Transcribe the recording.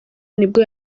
nibwo